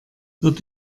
wird